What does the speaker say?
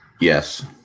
Yes